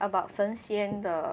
about 神仙的